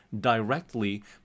directly